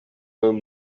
loomed